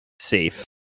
safe